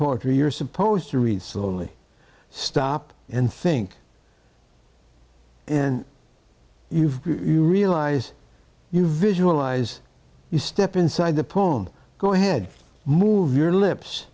poetry you're supposed to read slowly stop and think and you've you realize you visualize you step inside the poem go ahead move your lips